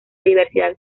diversidad